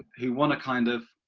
who want to kind of,